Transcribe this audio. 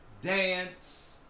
dance